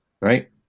Right